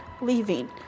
leaving